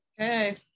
Okay